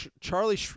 Charlie